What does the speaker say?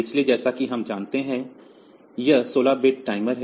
इसलिए जैसा कि हम जानते हैं यह 16 बिट टाइमर है